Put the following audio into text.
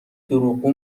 دروغگو